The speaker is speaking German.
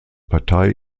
partei